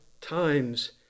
times